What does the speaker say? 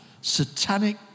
satanic